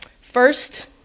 First